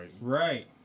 Right